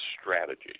strategy